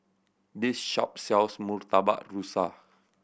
this shop sells Murtabak Rusa